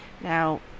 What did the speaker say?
Now